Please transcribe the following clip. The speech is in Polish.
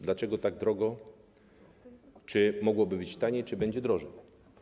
Dlaczego tak drogo, czy mogłoby być taniej, czy będzie drożej?